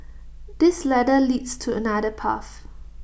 this ladder leads to another path